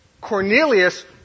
Cornelius